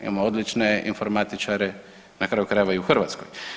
Imamo odlične informatičare, na kraju krajeva i u Hrvatskoj.